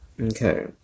okay